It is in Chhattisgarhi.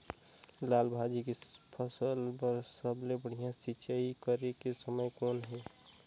लाल भाजी के फसल बर सबले बढ़िया सिंचाई करे के समय कौन हे?